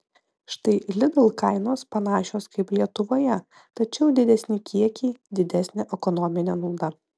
štai lidl kainos panašios kaip lietuvoje tačiau didesni kiekiai didesnė ekonominė nauda